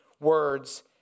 words